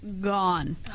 Gone